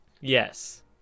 Yes